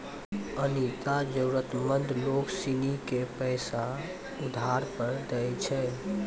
अनीता जरूरतमंद लोग सिनी के पैसा उधार पर दैय छै